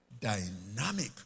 dynamic